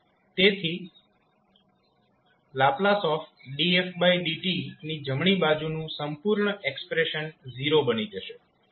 તેથી ℒ dfdt ની જમણી બાજુનું સંપૂર્ણ એક્સપ્રેશન 0 બની જશે